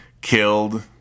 killed